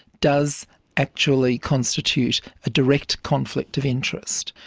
does actually constitute a direct conflict of interest.